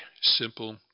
simple